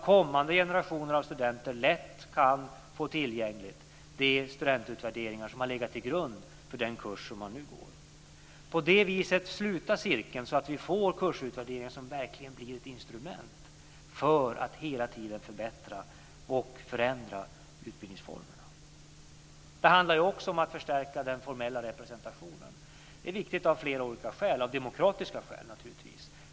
Kommande generationer av studenter ska lätt kunna få tillgång till de studentutvärderingar som har legat till grund för den kurs som man nu går. På det viset sluts cirkeln och vi får kursutvärderingar som verkligen blir ett instrument för att hela tiden förbättra och förändra utbildningsformerna. Det handlar ju också om att förstärka den formella representationen. Det är viktigt av flera olika skäl. Det är naturligtvis viktigt av demokratiska skäl.